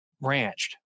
ranched